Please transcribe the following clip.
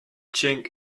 chink